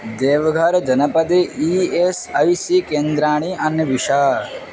देवघर् जनपदे E S I C केन्द्राणि अन्विष